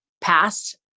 past